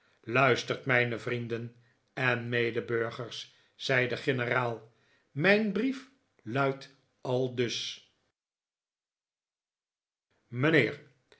luistert mijne vrienden en medeburgers zei de generaal mijn brief luidt aldus